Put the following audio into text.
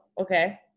okay